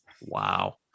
Wow